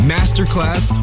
Masterclass